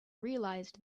realized